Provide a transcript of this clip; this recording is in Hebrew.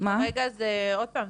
כרגע זה עוד פעם,